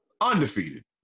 undefeated